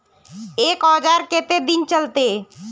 एक औजार केते दिन तक चलते?